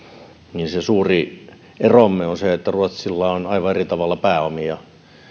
niin se mikä varmasti on meidän suuri eromme on se että ruotsilla on aivan eri tavalla pääomia